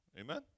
Amen